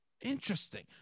Interesting